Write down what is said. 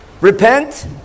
repent